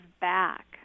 back